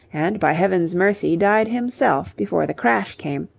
and by heaven's mercy died himself before the crash came,